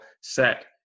set